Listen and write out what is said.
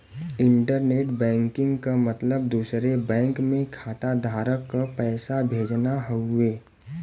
internet banking क मतलब दूसरे बैंक में खाताधारक क पैसा भेजना हउवे